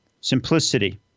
Simplicity